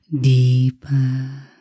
deeper